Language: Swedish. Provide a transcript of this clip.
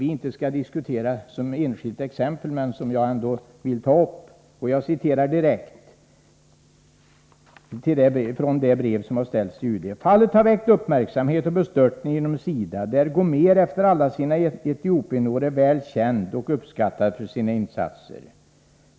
Vi skall inte diskutera det som ett enskilt fall, men jag vill ändå citera ur brevet till UD: ”Fallet har väckt uppmärksamhet och bestörtning inom SIDA där Gomér efter alla sina Etiopienår är väl känd och uppskattad för sina insatser.